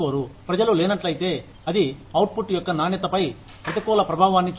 ప్రజలు లేనట్లయితే అది అవుట్పుట్ యొక్క నాణ్యత పై ప్రతికూల ప్రభావాన్ని చూపుతుంది